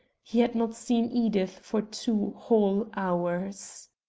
he had not seen edith for two whole hours.